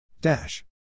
Dash